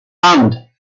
and